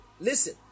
Listen